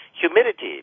humidity